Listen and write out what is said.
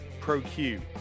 Pro-Q